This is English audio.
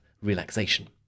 relaxation